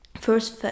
first